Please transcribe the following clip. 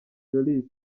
jolis